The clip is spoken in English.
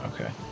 okay